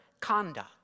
conduct